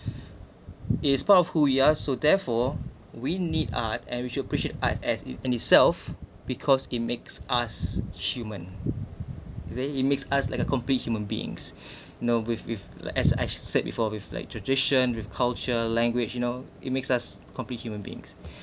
it's part of who we are so therefore we need art and we should appreciate art as in itself because it makes us human they it makes us like a complete human beings you know with with like as I said before with like tradition with culture language you know it makes us complete human beings